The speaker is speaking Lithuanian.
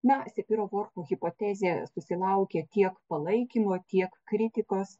na sepyro vorfo hipotezė susilaukė tiek palaikymo tiek kritikos